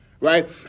right